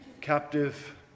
Captive